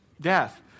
death